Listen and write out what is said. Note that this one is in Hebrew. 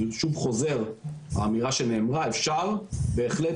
ואני חוזר שוב על האמירה שנאמרה אפשר בהחלט